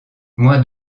moins